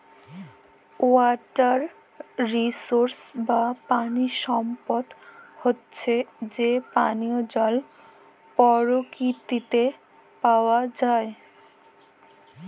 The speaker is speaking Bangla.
ওয়াটার রিসোস বা পানি সম্পদ হচ্যে যে পানিয় জল পরকিতিতে পাওয়া যায়